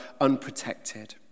unprotected